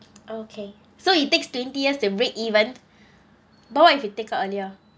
okay so it takes twenty years to break even but what if you take out earlier